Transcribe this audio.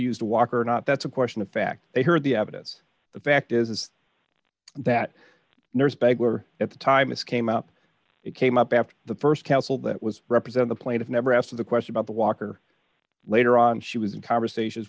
used to walk or not that's a question of fact they heard the evidence the fact is that nurse pegler at the time this came out it came up after the st counsel that was represent the plaintiff never asked the question about the walker later on she was in conversations